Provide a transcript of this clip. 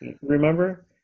remember